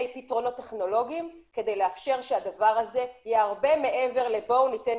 פתרונות טכנולוגיים כדי לאפשר שהדבר הזה יהיה הרבה מעבר ל'בואו ניתן